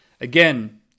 Again